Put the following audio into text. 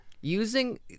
using